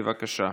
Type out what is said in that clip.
בבקשה.